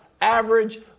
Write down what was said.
average